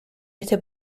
este